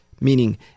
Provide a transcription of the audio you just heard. meaning